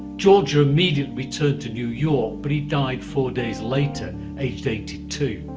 georgia immediately returned to new york, but he died four days later aged eighty two.